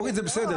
אורית, זה בסדר.